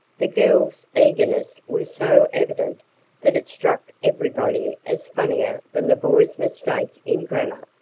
the girl's eagerness was so evident that it struck everybody as funnier than the boy's mistake in grammar.